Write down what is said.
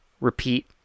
repeat